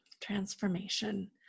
transformation